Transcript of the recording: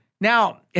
Now